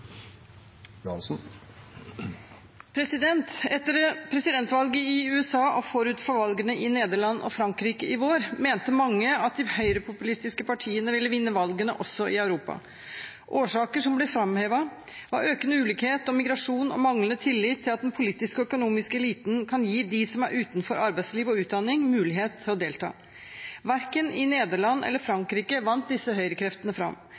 Etter presidentvalget i USA og forut for valgene i Nederland og Frankrike i vår mente mange at de høyrepopulistiske partiene ville vinne valgene også i Europa. Årsaker som ble framhevet, var økende ulikhet, migrasjon og manglende tillit til at den politiske og økonomiske eliten kan gi dem som er utenfor arbeidsliv og utdanning, mulighet til å delta. Verken i Nederland eller i Frankrike vant disse høyrekreftene fram.